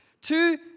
Two